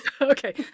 Okay